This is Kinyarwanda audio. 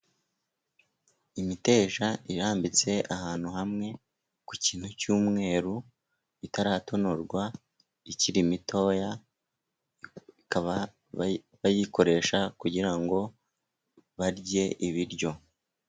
Imiteja irambitse ahantu hamwe ku kintu cy'umweru, itaratonorwa, ikiri mitoya, bakaba bayikoresha kugira ngo barye ibiryo.